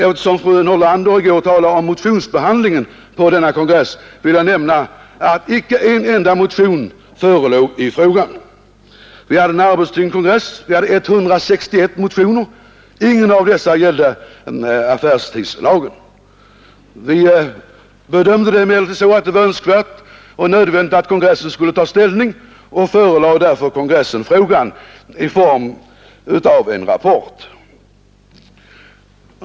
Eftersom fru Nordlander i går talade om motionsbehandlingen på denna kongress vill jag nämna att inte en enda motion förelåg i frågan. Vi hade en arbetstyngd kongress: vi hade 161 motioner att behandla. Ingen av dessa gällde affärstidslagen. Vi bedömde det emellertid så att det var önskvärt och nödvändigt att kongressen tog ställning och förelade därför kongressen frågan i form av en rapport.